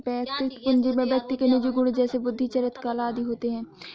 वैयक्तिक पूंजी में व्यक्ति के निजी गुण जैसे बुद्धि, चरित्र, कला आदि होते हैं